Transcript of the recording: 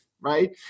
right